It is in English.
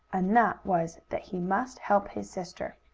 and that was that he must help his sister.